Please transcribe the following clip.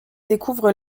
découvre